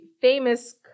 famous